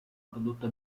prodotto